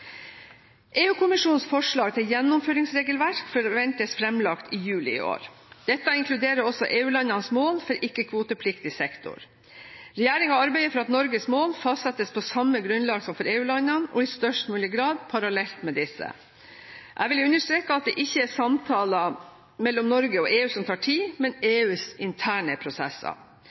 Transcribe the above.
forslag til gjennomføringsregelverk forventes framlagt i juli i år. Dette inkluderer også EU-landenes mål for ikke-kvotepliktig sektor. Regjeringen arbeider for at Norges mål fastsettes på samme grunnlag som for EU-landene, og i størst mulig grad parallelt med disse. Jeg vil understreke at det ikke er samtaler mellom Norge og EU som tar tid, men EUs interne prosesser.